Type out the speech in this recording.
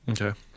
Okay